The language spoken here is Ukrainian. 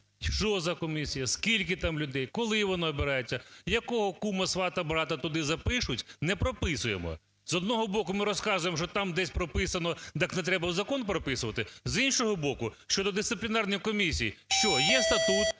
Що за комісія, скільки там людей, коли вона обирається, якого кума-свата-брата туди запишуть – не прописуємо. З одного боку, ми розказуємо, що там десь прописано, так не треба у закон прописувати, з іншого боку, щодо дисциплінарної комісії – що? – є статут,